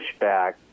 pushback